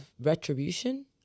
retribution